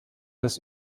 dass